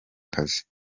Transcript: kazi